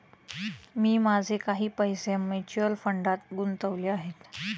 मी माझे काही पैसे म्युच्युअल फंडात गुंतवले आहेत